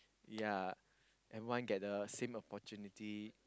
yea everyone get the same opportunity